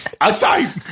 Outside